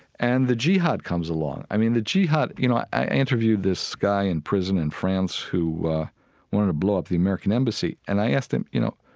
and the jihad comes along i mean, the jihad you know, i interviewed this guy in prison in france who, wanted to blow up the american embassy and i asked him, you know,